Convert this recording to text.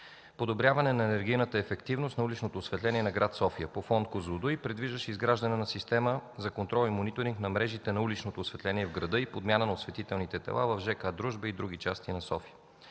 „Подобряване енергийната ефективност на уличното осветление на град София” по Фонд „Козлодуй”, предвиждаше изграждане на система за контрол и мониторинг на мрежите на улично осветление в града и подмяна на осветителните тела в жк „Дружба” и други части на София.